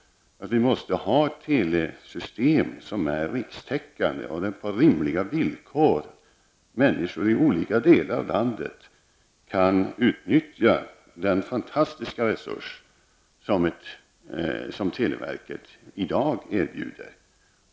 Vi måste ju ha ett telesystem som är rikstäckande på rimliga villkor, så att människor i olika delar av landet kan utnyttja den fantastiska resurs som televerket i dag erbjuder.